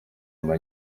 nyuma